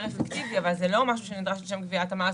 אפקטיבי אבל זה לא נדרש לשם גביית המס.